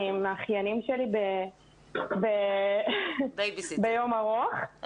אני עם האחיינים שלי ביום ארוך,